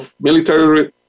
military